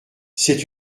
c’est